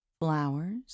flowers